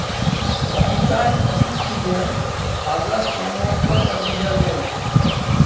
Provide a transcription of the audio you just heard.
पपीताक पीक सीजन अगस्त सँ नबंबर तक बुझल जाइ छै